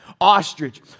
Ostrich